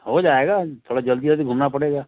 हो जाएगा थोड़ा जल्दी जल्दी घूमना पड़ेगा